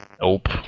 Nope